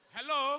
Hello